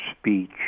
speech